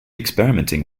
experimenting